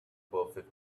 perfect